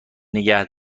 نیگه